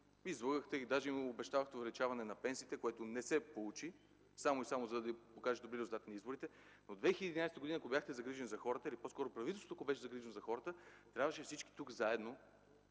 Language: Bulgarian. Излъгахте ги, даже им обещахте увеличаване на пенсиите, което не се получи, само и само да покажете добри резултати на изборите, но 2011 г., ако бяхте загрижен за хората, или по-скоро, ако правителството беше загрижено за хората, трябваше всички тук заедно